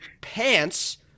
pants